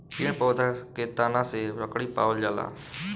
पेड़ पौधा के तना से लकड़ी पावल जाला